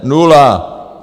Nula.